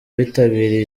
bitabiriye